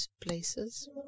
places